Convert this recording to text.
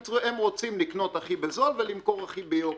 הן רוצות לקנות הכי בזול ולמכור הכי יקר.